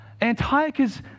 Antiochus